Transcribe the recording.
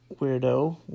Weirdo